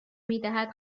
میدهد